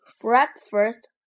Breakfast